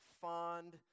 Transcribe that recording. fond